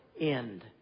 end